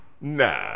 Nah